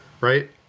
right